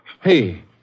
Hey